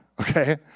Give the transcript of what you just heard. Okay